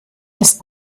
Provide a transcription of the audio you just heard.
ist